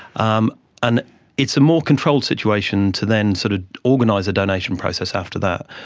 um and it's a more controlled situation to then sort of organise a donation process after that.